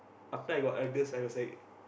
after I got Argus I was like